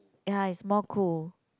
ya it's more cool